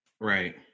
right